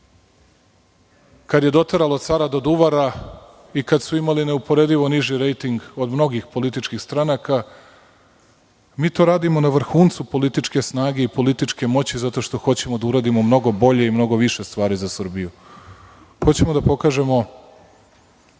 kada je doteralo cara do duvara i kada su imali neuporedivo niži rejting od mnogih političkih stranaka, mi to radimo na vrhuncu političke snage i političke moći zato što hoćemo da uradimo mnogo bolje i mnogo više stvari za Srbiju. Hoćemo